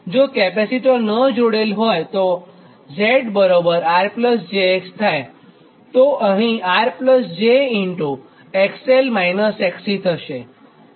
જો કેપેસિટર ન જોડેલહોય તો Z R jX થાય તો અહીં R j XL - XC થશે